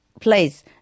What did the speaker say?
place